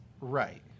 Right